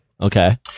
Okay